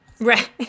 right